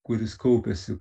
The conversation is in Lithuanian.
kuris kaupiasi